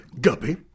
Guppy